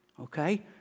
okay